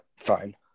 Fine